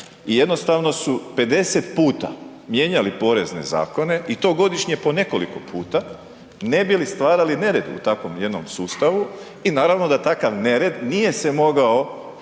jednostavno su 50 puta mijenjali porezne zakone i to godišnje po nekoliko puta ne bi li stvarali nered u takvom jednom sustavu i naravno da takav nered nije se mogao